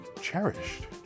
cherished